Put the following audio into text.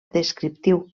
descriptiu